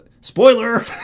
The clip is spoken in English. Spoiler